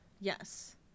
Yes